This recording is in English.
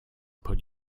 put